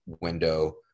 window